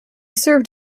served